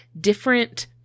different